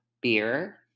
beer